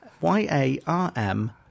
Y-A-R-M